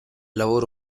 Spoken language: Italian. lavoro